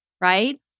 right